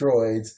droids